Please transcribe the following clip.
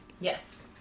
Yes